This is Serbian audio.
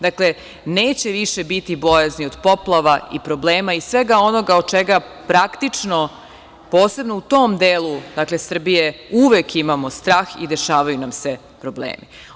Dakle, neće više biti bojazni od poplava i problema i svega onoga od čega praktično, posebno u tom delu Srbije, uvek imamo strah i dešavaju nam se problemi.